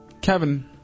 Kevin